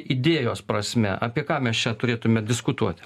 idėjos prasme apie ką mes čia turėtume diskutuoti